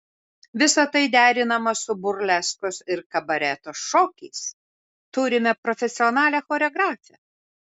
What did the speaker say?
visa tai derinama su burleskos ir kabareto šokiais turime profesionalią choreografę